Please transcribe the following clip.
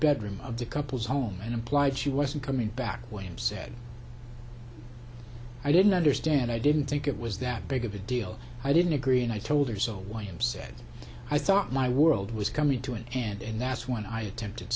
bedroom of the couple's home and implied she wasn't coming back william said i didn't understand i didn't think it was that big of a deal i didn't agree and i told her so why i'm sad i thought my world was coming to an end that's when i attempted